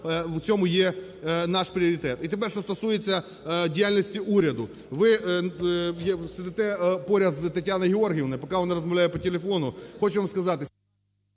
у цьому є наш пріоритет. І тепер, що стосується діяльності уряду. Ви сидите поряд з Тетяною Георгіївною, поки вона розмовляє по телефону, хочу вам сказати...